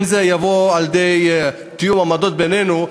אם זה יבוא על-ידי תיאום עמדות בינינו,